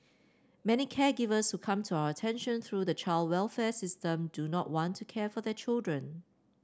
many caregivers who come to our attention through the child welfare system do not want to care for their children